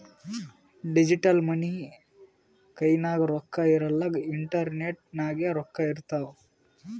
digital money ಕೈನಾಗ್ ರೊಕ್ಕಾ ಇರಲ್ಲ ಇಂಟರ್ನೆಟ್ ನಾಗೆ ರೊಕ್ಕಾ ಇರ್ತಾವ್